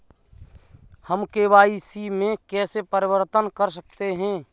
हम के.वाई.सी में कैसे परिवर्तन कर सकते हैं?